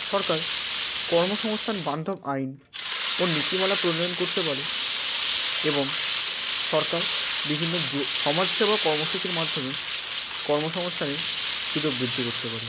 সরকার কর্মসংস্থান বান্ধব আইন ও নীতিমালা প্রণয়ন করতে পারে এবং সরকার বিভিন্ন যো সমাজসেবা কর্মসূচির মাধ্যমে কর্মসংস্থানে সুযোগ বৃদ্ধি করতে পারে